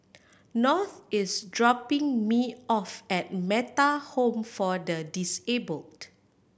North is dropping me off at Metta Home for the Disabled